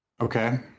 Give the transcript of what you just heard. Okay